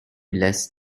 less